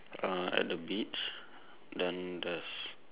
uh at the beach then there's